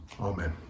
Amen